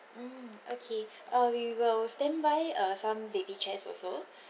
mm okay uh we will standby uh some baby chairs also